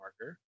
marker